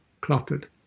cluttered